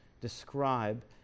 describe